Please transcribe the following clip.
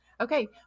Okay